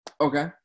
Okay